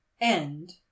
End